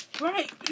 Right